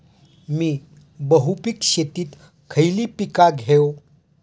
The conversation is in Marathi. मी बहुपिक शेतीत खयली पीका घेव?